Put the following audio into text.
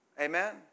Amen